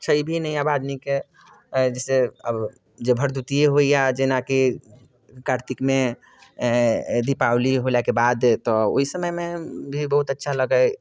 छै भी नहि आब आदमीके जइसे अब भरदुतिए होइए जेनाकि कातिकमे दीपावली होलै के बाद तऽ ओहि समयमे भी बहुत अच्छा लगै